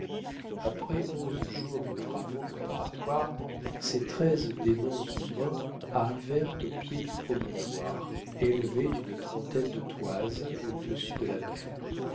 après onze jours de travaux préparatoires ces treize démons humains arrivèrent au pied du promontoire élevé d'une trentaine de toises au-dessus de la mer